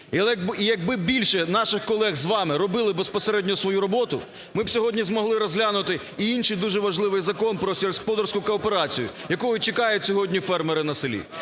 І якби більше наших колег з вами робили безпосередньо свою роботу, ми б сьогодні змогли розглянути і інший дуже важливий закон про сільськогосподарську кооперацію, якого сьогодні чекають фермери на селі.